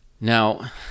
Now